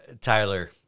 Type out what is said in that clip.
Tyler